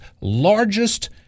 largest